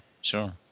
sure